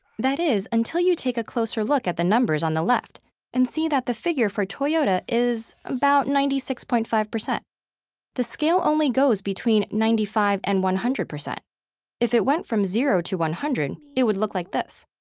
that is, until you take a closer look at the numbers on the left and see that the figure for toyota is about ninety six point five. the scale only goes between ninety five and one hundred. if it went from zero to one hundred, it would look like this.